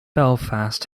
belfast